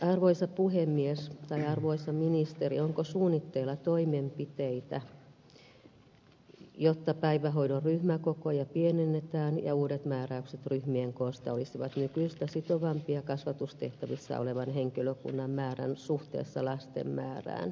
arvoisa ministeri onko suunnitteilla toimenpiteitä jotta päivähoidon ryhmäkokoja pienennetään ja uudet määräykset ryhmien koosta olisivat nykyistä sitovampia kasvatustehtävissä olevan henkilökunnan määrän suhteessa lasten määrään